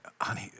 honey